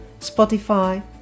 Spotify